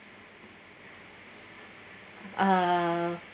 uh